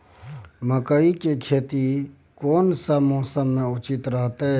मकई के खेती केना सी मौसम मे उचित रहतय?